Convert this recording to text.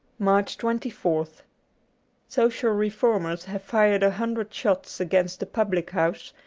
march twenty fourth social reformers have fired a hundred shots against the public-house,